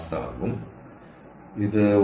ആകും ഇത് 1